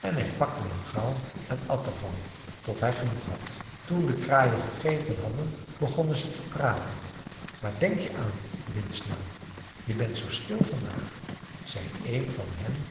en hij pakte hem gauw en at ervan tot hij genoeg had toen de kraaien gegeten hadden begonnen zij te praten waar denk je aan windsnel je bent zoo stil vandaag zei een van hen